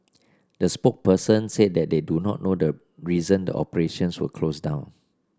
the spokesperson said that they do not know the reason the operations were closed down